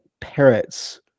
parrots